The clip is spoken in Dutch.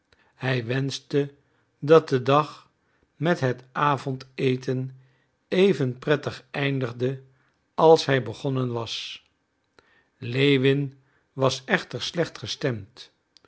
hij wenschte dat de dag met het avondeten even prettig eindigde als hij begonnen was lewin was echter slecht gestemd